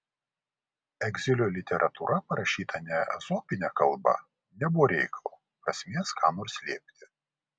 egzilio literatūra parašyta ne ezopine kalba nebuvo reikalo prasmės ką nors slėpti